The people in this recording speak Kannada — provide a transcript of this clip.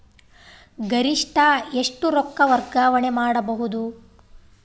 ಗರಿಷ್ಠ ಎಷ್ಟು ರೊಕ್ಕ ವರ್ಗಾವಣೆ ಮಾಡಬಹುದು?